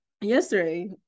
yesterday